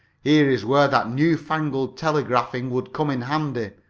here is where that newfangled telegraphing would come in handy,